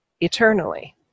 eternally